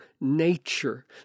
nature